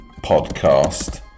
podcast